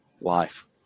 life